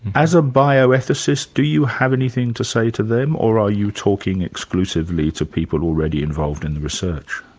as a bioethicist, do you have anything to say to them, or are you talking exclusively to people already involved in the research?